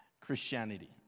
Christianity